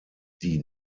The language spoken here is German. die